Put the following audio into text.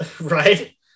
right